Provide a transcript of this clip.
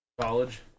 College